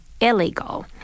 illegal